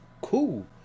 cool